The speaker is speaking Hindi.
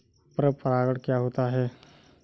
पर परागण क्या होता है?